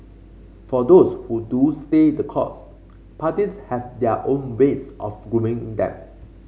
for those who do stay the course parties have their own ways of grooming them